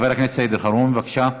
חבר הכנסת סעיד אלחרומי, בבקשה.